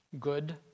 good